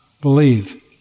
believe